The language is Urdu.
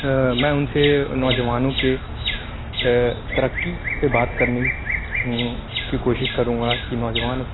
میں اُن سے نوجوانوں کے ترقی پہ بات کرنی کی کوشش کروں گا کہ نوجوان